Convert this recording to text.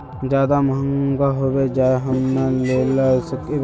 ज्यादा महंगा होबे जाए हम ना लेला सकेबे?